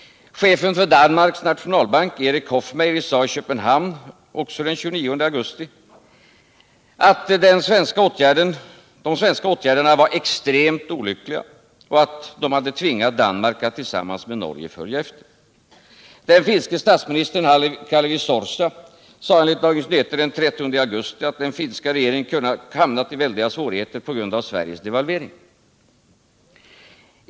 Chefen för Danmarks Nationalbank Erik Hoffmeier sade i Köpenhamn — även det den 29 augusti —att de svenska åtgärderna var extremt olyckliga och att de hade tvingat Danmark att tillsammans med Norge följa efter. Den finske statsministern Kalevi Sorsa sade enligt Dagens Nyheter den 30 augusti att den finska regeringen ”hamnat i väldiga svårigheter på grund av Sveriges devalvering”.